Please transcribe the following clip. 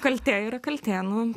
kaltė yra kaltė nu